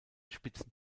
spitzen